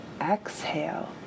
exhale